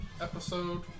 episode